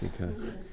Okay